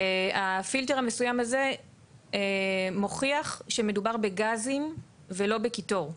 הפילטר המסוים הזה מוכיח שמדובר בגזים ולא בקיטור,